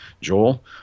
Joel